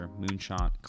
Moonshot